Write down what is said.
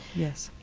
yes.